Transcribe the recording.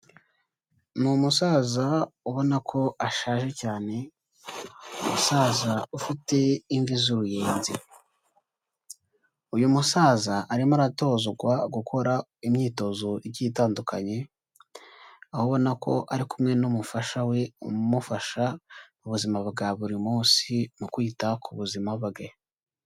Ni umusaza ubona ko ashaje cyane, umusaza ufite imvi z'uruyenzi, uyu musaza arimo aratozwa gukora imyitozo igiye itandukanye, aho abona ko ari kumwe n'umufasha we umufasha mu buzima bwa buri munsi mu kwita ku buzima bwe.